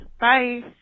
bye